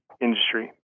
industry